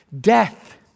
death